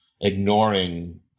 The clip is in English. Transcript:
ignoring